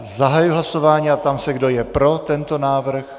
Zahajuji hlasování a ptám se, kdo je pro tento návrh.